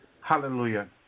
Hallelujah